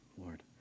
Lord